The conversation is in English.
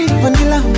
vanilla